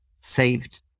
saved